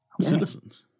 citizens